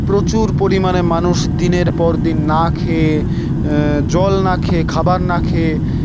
প্রচুর পরিমাণে মানুষ দিনের পর দিন না খেয়ে জল না খেয়ে খাবার না খেয়ে